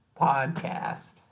podcast